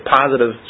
positive